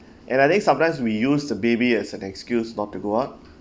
and I think sometimes we use the baby as an excuse not to go out